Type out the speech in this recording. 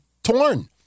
torn